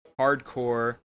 Hardcore